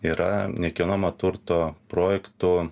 yra nekilnojamo turto projektų